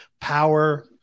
power